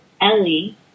Ellie